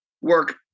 work